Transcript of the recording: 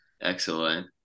Excellent